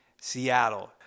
Seattle